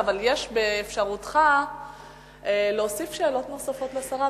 אבל יש באפשרותך להוסיף שאלות נוספות לשרה,